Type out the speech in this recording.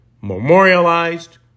memorialized